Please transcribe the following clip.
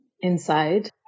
inside